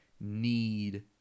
need